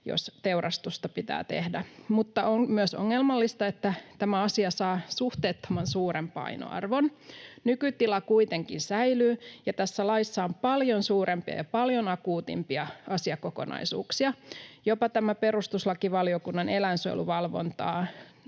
jos teurastusta pitää tehdä. Mutta on myös ongelmallista, että tämä asia saa suhteettoman suuren painoarvon. Nykytila kuitenkin säilyy, ja tässä laissa on paljon suurempia ja paljon akuutimpia asiakokonaisuuksia. Jopa tämä perustuslakivaliokunnan eläinsuojeluvalvontaa